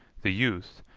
the youth,